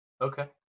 Okay